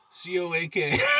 C-O-A-K